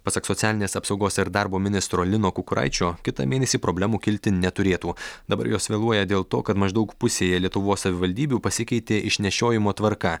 pasak socialinės apsaugos ir darbo ministro lino kukuraičio kitą mėnesį problemų kilti neturėtų dabar jos vėluoja dėl to kad maždaug pusėje lietuvos savivaldybių pasikeitė išnešiojimo tvarka